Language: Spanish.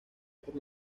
por